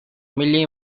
milli